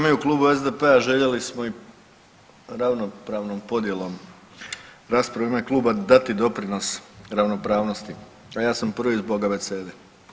Mi u klubu SDP-a željeli smo i ravnopravnom podjelom rasprave u ime kluba dati doprinos ravnopravnosti, a ja sam prvi zbog abecede.